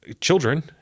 children